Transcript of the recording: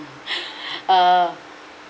mm uh